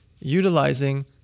utilizing